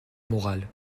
moral